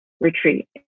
retreat